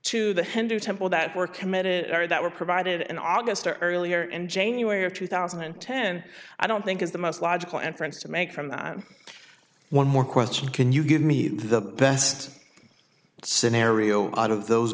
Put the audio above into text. to the hindu temple that were committed or that were provided in august or earlier in january of two thousand and ten i don't think is the most logical and friends to make from that one more question can you give me the best scenario out of those